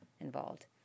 involved